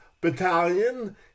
battalion